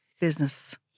business